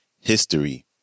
history